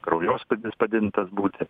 kraujospūdis padidintas būti